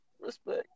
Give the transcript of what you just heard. respect